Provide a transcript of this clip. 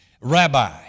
Rabbi